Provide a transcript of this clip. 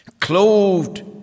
Clothed